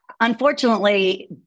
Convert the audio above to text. Unfortunately